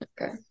Okay